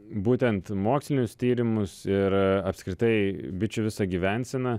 būtent mokslinius tyrimus ir apskritai bičių visą gyvenseną